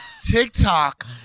TikTok